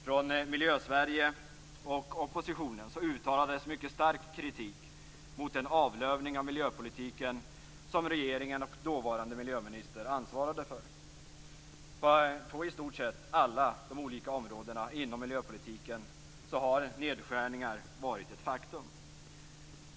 Från Miljösverige och oppositionen uttalades mycket stark kritik mot den avlövning av miljöpolitiken som regeringen och dåvarande miljöministern ansvarade för. På i stort alla de olika områdena inom miljöpolitiken har nedskärningar varit ett faktum.